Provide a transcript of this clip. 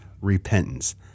repentance